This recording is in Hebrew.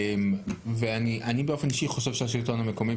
אני באופן אישי חושב שהשלטון המקומי,